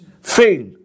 fail